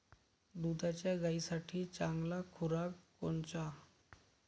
दुधाच्या गायीसाठी चांगला खुराक कोनचा?